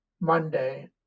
Monday